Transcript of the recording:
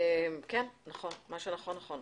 מה שנכון, נכון.